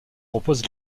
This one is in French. repose